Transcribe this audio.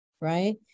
right